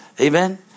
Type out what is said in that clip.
Amen